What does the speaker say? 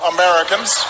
Americans